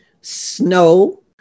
snow